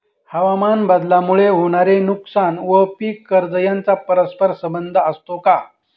हवामानबदलामुळे होणारे नुकसान व पीक कर्ज यांचा परस्पर संबंध असतो का?